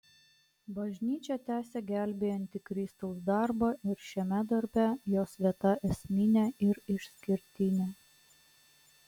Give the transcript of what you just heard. bažnyčią tęsia gelbėjantį kristaus darbą ir šiame darbe jos vieta esminė ir išskirtinė